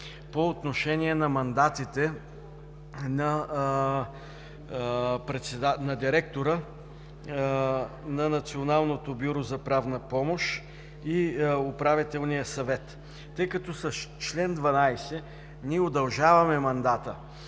по отношение на мандатите на директора на Националното бюро за правна помощ и Управителния съвет. Тъй като с чл. 12 ние удължаваме мандата